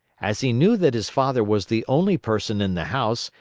as he knew that his father was the only person in the house,